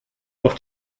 auf